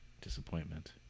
disappointment